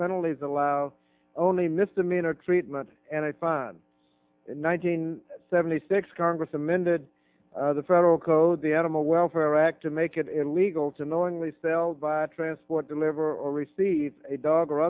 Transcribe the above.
penalties allow only misdemeanor treatment and a fine nineteen seventy six congress amended the federal code the animal welfare act to make it illegal to knowingly sell transport deliver or receive a dog or